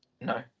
No